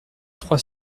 trois